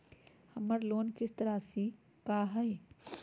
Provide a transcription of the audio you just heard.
हमर लोन किस्त राशि का हई?